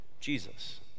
Jesus